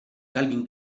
calvin